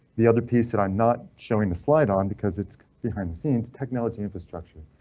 the other piece that i'm not showing the slide on because it's behind the scenes technology infrastructure.